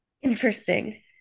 Interesting